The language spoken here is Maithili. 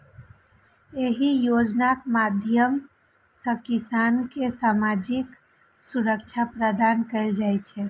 एहि योजनाक माध्यम सं किसान कें सामाजिक सुरक्षा प्रदान कैल जाइ छै